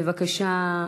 בבקשה,